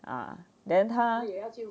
啊 then 他